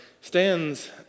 stands